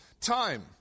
time